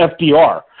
FDR